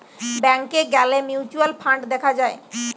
ব্যাংকে গ্যালে mutual fund দেখা যায়